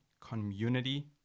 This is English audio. community